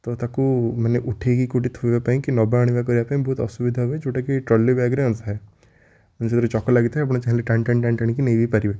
ତ ତାକୁ ମାନେ ଉଠେଇକି କେଉଁଠି ଥୋଇବା ପାଇଁ କି ନେବା ଆଣିବା କରିବାପାଇଁ ବହୁତ ଅସୁବିଧା ହୁଏ ଯେଉଁଟାକି ଟ୍ରଲି ବ୍ୟାଗ୍ରେ ନଥାଏ ଯେଉଁଥିରେ ଚକ ଲାଗିଥାଏ ଆପଣ ଟାଣି ଟାଣି ଟାଣି ଟାଣିକି ନେଇବି ପାରିବେ